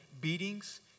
beatings